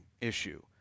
issue